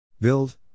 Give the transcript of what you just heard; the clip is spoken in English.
build